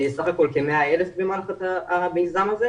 בסך הכול כ-100,000 במיזם הזה.